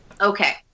Okay